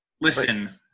Listen